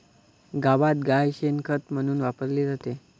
गावात गाय शेण खत म्हणून वापरली जाते